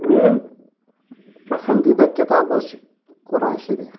میٲنۍ پسندیٖدہ کِتاب حظ چھِ قرآن شریٖف